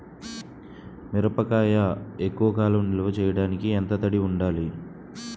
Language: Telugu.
మిరపకాయ ఎక్కువ కాలం నిల్వ చేయటానికి ఎంత తడి ఉండాలి?